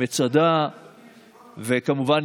מצדה וכמובן